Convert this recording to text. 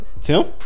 Tim